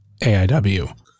AIW